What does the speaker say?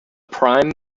prime